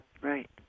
right